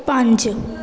ਪੰਜ